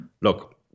look